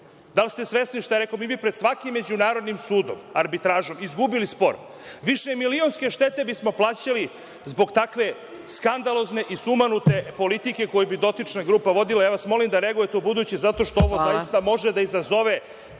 Da li ste svesni šta je rekao? Vi bi pred svakim međunarodnim sudom, arbitražom izgubili spor. Višemilionske štete bismo plaćali zbog takve skandalozne i sumanute politike koju bi dotična grupa vodila. Molim vas da reagujete u buduće, zato što ovo zaista može da izazove